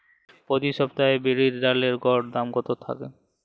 প্রতি সপ্তাহে বিরির ডালের গড় দাম কত থাকে?